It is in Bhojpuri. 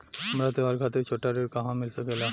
हमरा त्योहार खातिर छोटा ऋण कहवा मिल सकेला?